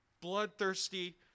bloodthirsty